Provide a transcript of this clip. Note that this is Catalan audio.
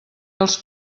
els